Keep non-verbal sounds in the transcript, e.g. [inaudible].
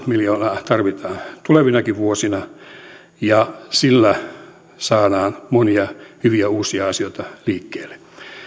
[unintelligible] miljoonaa tarvitaan tulevinakin vuosina ja sillä saadaan monia hyviä uusia asioita liikkeelle